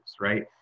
Right